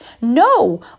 No